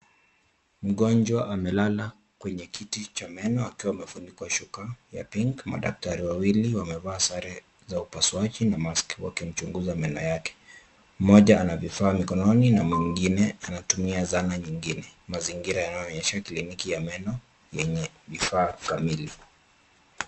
Mgonjwa amelala kwenye kiti cha meno akiwa amefunikwa shuka ya pink . Madaktari wawili wamevaa sare za upasuaji na maski wakimchunguza meno yake. Mmoja ana vifaa mikononi na mwingine anatumia zana nyingine. Mazingira yanaonyesha kliniki ya meno yenye vifaa kamili.